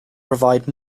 provide